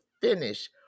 finish